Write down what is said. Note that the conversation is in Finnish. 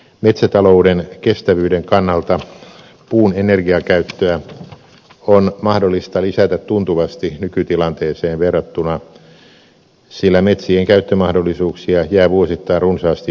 metsätalouden kestävyyden kannalta puun energiakäyttöä on mahdollista lisätä tuntuvasti nykytilanteeseen verrattuna sillä metsien käyttömahdollisuuksia jää vuosittain runsaasti hyödyntämättä